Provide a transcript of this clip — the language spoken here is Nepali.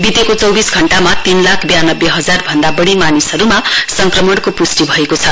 बितेको चौबिस घण्टामा तीन लाख ब्यानब्बे हजार भन्दा बढी मानिसहरूमा संक्रमणको प्ष्टि भएको छ